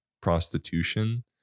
prostitution